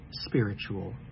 spiritual